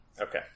Okay